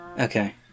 Okay